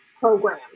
program